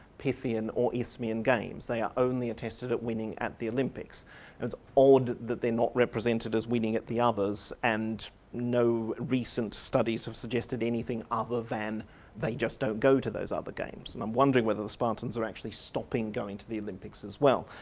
pythian or isthmian games, they are only attested at winning at the olympics and it's odd that they're not represented as winning at the others and no recent studies have suggested anything other than they just don't go to those other games and i'm wondering whether the spartans are actually stopping going to the olympics as well,